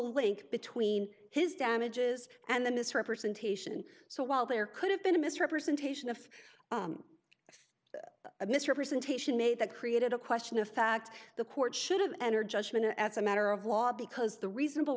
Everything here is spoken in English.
link between his damages and the misrepresentation so while there could have been a misrepresentation of a misrepresentation made that created a question of fact the court should have entered judgment as a matter of law because the reasonable